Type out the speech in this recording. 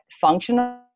functional